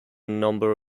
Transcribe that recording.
number